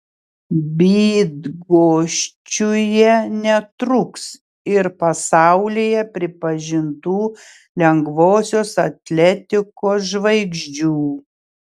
bydgoščiuje netrūks ir pasaulyje pripažintų lengvosios atletikos žvaigždžių